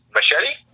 Machete